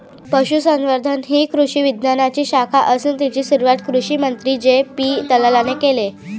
पशुसंवर्धन ही कृषी विज्ञानाची शाखा असून तिची सुरुवात कृषिमंत्री जे.पी दलालाने केले